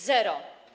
Zero.